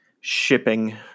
shipping